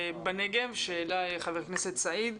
בנגב, שהעלה חבר הכנסת סעיד.